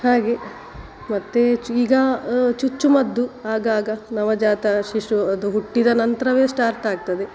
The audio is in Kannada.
ಹಾಗೆ ಮತ್ತು ಚು ಈಗ ಚುಚ್ಚುಮದ್ದು ಆಗಾಗ ನವಜಾತ ಶಿಶು ಅದು ಹುಟ್ಟಿದ ನಂತರವೇ ಸ್ಟಾರ್ಟ್ ಆಗ್ತದೆ